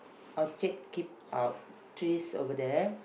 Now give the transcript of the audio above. object keep out trees over there